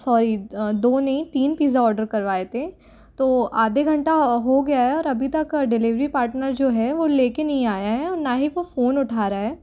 sorry दो नहीं तीन पिज़्ज़ा ऑर्डर करवाए थे तो आधे घंटा हो गया है और अभी तक डिलीवरी पार्टनर जो है वो ले कर नहीं आया है और ना ही वो फ़ोन उठा रहा है